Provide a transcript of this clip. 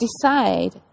decide